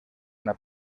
una